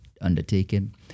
undertaken